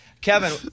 Kevin